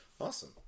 awesome